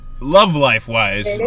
love-life-wise